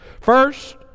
First